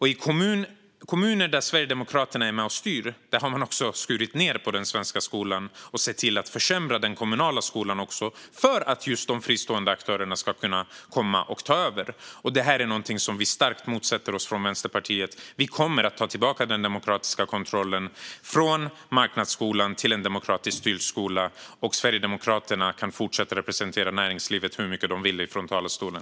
I kommuner där Sverigedemokraterna är med och styr har man också skurit ned på och sett till att försämra den kommunala skolan, just för att de fristående aktörerna ska kunna komma och ta över. Det är något som vi i Vänsterpartiet motsätter oss starkt. Vi kommer att ta tillbaka den demokratiska kontrollen, från marknadsskolan till en demokratiskt styrd skola. Sverigedemokraterna kan fortsätta att representera näringslivet hur mycket de vill i talarstolen.